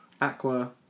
Aqua